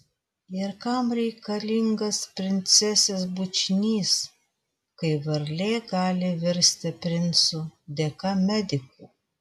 ir kam reikalingas princesės bučinys kai varlė gali virsti princu dėka medikų